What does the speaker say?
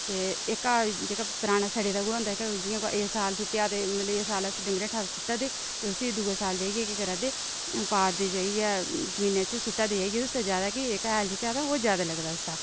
ते एह्का जेह्का पराना सड़े दा गोहा होंदा जेह्का जि'यां कोई इस साल सु'ट्टेआ ते मतलब इस साल अस डंगरें हेठा सु'ट्टा दे ते उसी दूए साल जाइयै केह् करै दे पा करदे जाइयै जमीनै च सु'ट्टै दे जाइयै ते उसदा जैदा कि एह्का हैल जेह्का ऐ तां ओह् जैदा लगदा इसदा